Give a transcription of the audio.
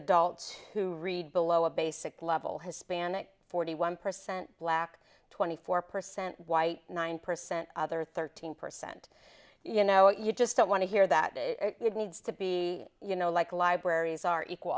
adults who read below a basic level hispanic forty one percent black twenty four percent white nine percent other thirteen percent you know you just don't want to hear that it needs to be you know like libraries are equal